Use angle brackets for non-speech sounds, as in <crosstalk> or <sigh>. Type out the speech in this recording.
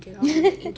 <laughs>